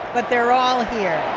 but they're all here